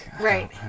Right